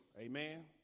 Amen